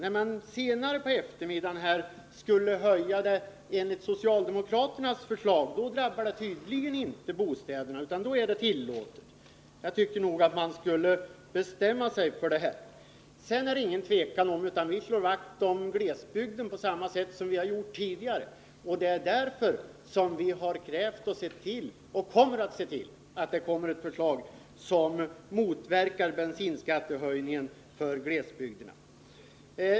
Vi skall senare under eftermiddagen ta ställning till socialdemokraternas höjningsförslag, som enligt vad man tydligen menar inte kommer att drabba bostadskostnaderna. Jag tycker att man borde bestämma sig för vad som skall gälla. Det är vidare inget tvivel om att vi slår vakt om glesbygden på samma sätt som vi har gjort tidigare. Det är därför som vi också har krävt och kommer att se till att det framläggs ett förslag som motverkar den effekt som bensinskattehöjningen får för glesbygden.